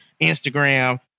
Instagram